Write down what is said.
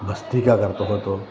ભસ્ત્રિકા કરતો હતો